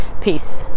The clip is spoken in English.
Peace